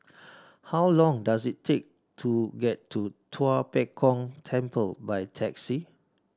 how long does it take to get to Tua Pek Kong Temple by taxi